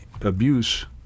abuse